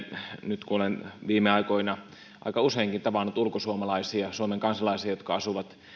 nyt kun olen viime aikoina aika useinkin tavannut ulkosuomalaisia suomen kansalaisia jotka asuvat